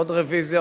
עוד רוויזיה,